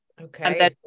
okay